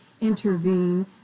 intervene